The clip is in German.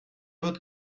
wird